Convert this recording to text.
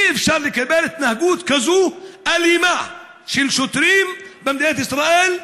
אי-אפשר לקבל התנהגות כזאת אלימה של שוטרים במדינת ישראל.